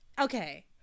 Okay